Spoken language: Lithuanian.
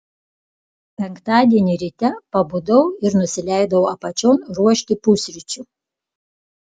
penktadienį ryte pabudau ir nusileidau apačion ruošti pusryčių